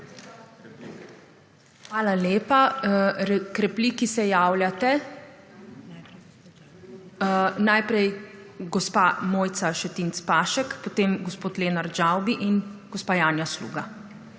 Hvala lepa. K repliki se javljate? Najprej gospa Mojca Šetinc Pašek, potem gospod Lenart Žavbi in gospa Janja Sluga.